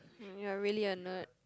you are really a nerd